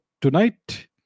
tonight